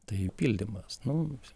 tai pildymas nu